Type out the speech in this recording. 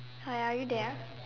hi are you there